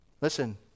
Listen